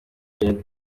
janet